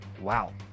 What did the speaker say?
wow